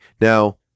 Now